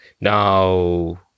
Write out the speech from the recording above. Now